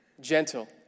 Gentle